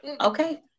Okay